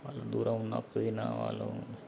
మళ్ళా దూరం ఉన్న పోయినా వాళ్ళు